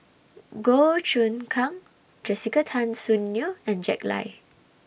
Goh Choon Kang Jessica Tan Soon Neo and Jack Lai